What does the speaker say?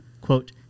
Quote